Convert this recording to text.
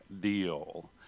deal